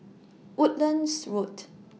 Woodlands Road